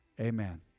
amen